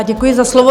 Děkuji za slovo.